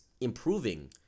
improving